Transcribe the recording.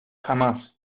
jamás